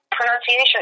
pronunciation